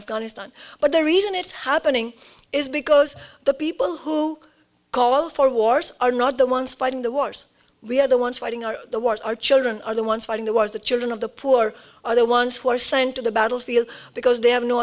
afghanistan but the reason it's happening is because the people who call for wars are not the ones fighting the wars we are the ones fighting our wars our children are the ones fighting the wars the children of the poor are the ones who are sent to the battlefield because they have no